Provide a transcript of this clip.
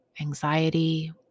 anxiety